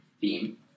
theme